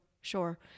Sure